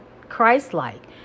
Christ-like